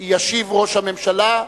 ישיב ראש הממשלה,